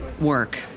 work